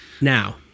Now